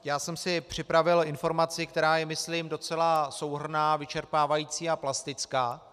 Já jsem si připravil informaci, která je myslím docela souhrnná, vyčerpávající a plastická.